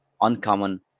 uncommon